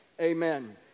amen